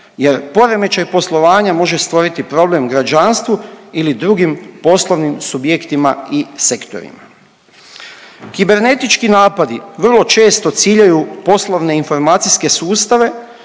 jer poremećaj poslovanja može stvoriti problem građanstvu ili drugim poslovnim subjektima i sektorima. Kibernetički napadi vrlo često ciljaju poslovne informacijske sustave